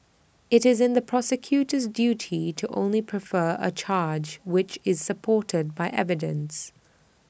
IT is the prosecutor's duty to only prefer A charge which is supported by evidence